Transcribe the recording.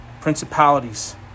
principalities